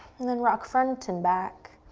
and then rock front and back.